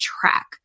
track